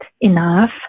enough